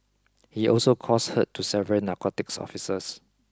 he also caused hurt to several narcotics officers